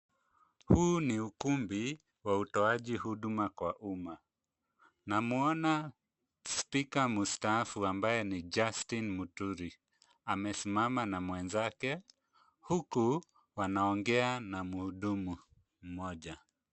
Huu ni ukumbi wa utoaji huduma kwa umma. Namuona spika mtaafu ambaye ni Justin Muturi, amesimama na mwenzake huku wanaongea na mhudumu mmoja.